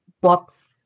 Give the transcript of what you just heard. books